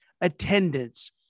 attendance